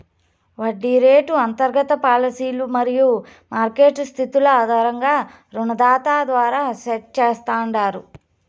వడ్డీ రేటు అంతర్గత పాలసీలు మరియు మార్కెట్ స్థితుల ఆధారంగా రుణదాత ద్వారా సెట్ చేస్తాండారు